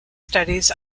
studies